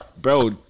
Bro